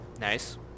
Nice